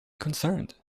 concerned